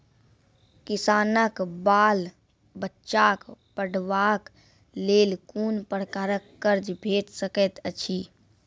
किसानक बाल बच्चाक पढ़वाक लेल कून प्रकारक कर्ज भेट सकैत अछि?